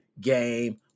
game